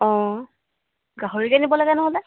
অঁ গাহৰিকে নিব লাগে নহ'লে